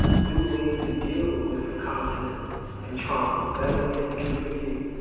new ways to deal with conflict and trauma, better ways to communicate.